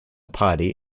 party